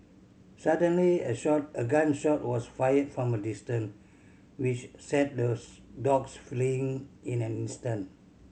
suddenly a shot a gun shot was fired from a distance which sent those dogs fleeing in an instant